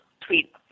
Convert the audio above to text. tweet